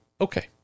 okay